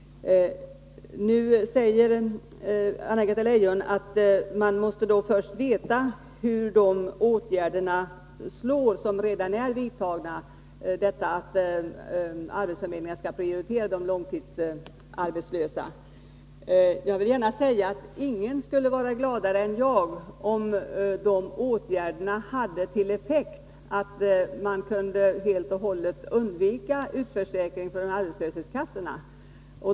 Nu säger Anna-Greta Leijon att man först måste veta hur de åtgärder slår som redan är vidtagna, dvs. att arbetsförmedlingarna skall prioritera de långtidsarbetslösa. Jag vill gärna säga att ingen skulle vara gladare än jag om dessa åtgärder hade den effekten att man helt och hållet kunde undvika utförsäkring från arbetslöshetskassorna.